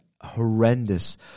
horrendous